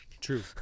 true